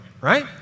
right